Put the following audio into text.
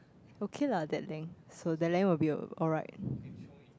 okay lah that length so that length will be alright